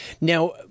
Now